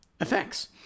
effects